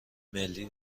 ملی